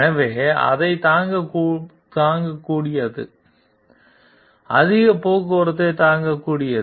எனவே அதைத் தாங்கக்கூடியது அதிக போக்குவரத்தைத் தாங்கக்கூடியது